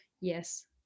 yes